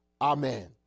Amen